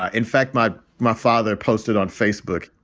ah in fact, my my father posted on facebook,